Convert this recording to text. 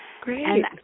Great